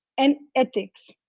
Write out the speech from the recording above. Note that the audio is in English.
and ethics,